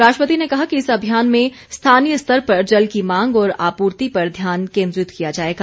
राष्ट्रपति ने कहा कि इस अभियान में स्थानीय स्तर पर जल की मांग और आपूर्ति पर ध्यान केन्द्रित किया जाएगा